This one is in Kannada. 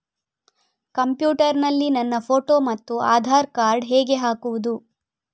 ಕಂಪ್ಯೂಟರ್ ನಲ್ಲಿ ನನ್ನ ಫೋಟೋ ಮತ್ತು ಆಧಾರ್ ಕಾರ್ಡ್ ಹೇಗೆ ಹಾಕುವುದು?